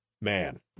man